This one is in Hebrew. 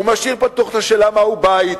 הוא משאיר פתוח את השאלה מהו בית.